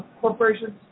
corporations